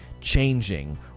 changing